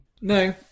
No